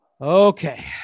Okay